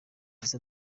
gisa